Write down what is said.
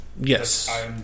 Yes